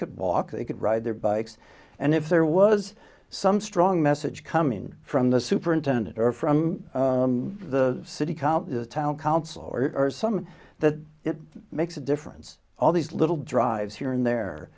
could walk they could ride their bikes and if there was some strong message coming from the superintendent or from the city council town council or some that it makes a difference all these little drives here and there